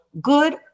good